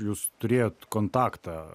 jūs turėjot kontaktą